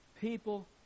people